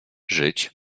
żyć